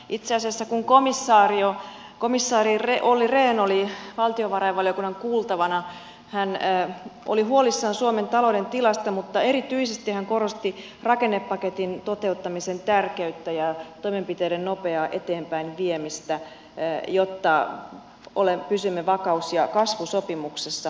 itse asiassa kun komissaari olli rehn oli valtiovarainvaliokunnan kuultavana hän oli huolissaan suomen talouden tilasta mutta erityisesti hän korosti rakennepaketin toteuttamisen tärkeyttä ja toimenpiteiden nopeaa eteenpäinviemistä jotta pysymme vakaus ja kasvusopimuksessa